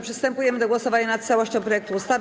Przystępujemy do głosowania nad całością projektu ustawy.